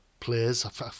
Players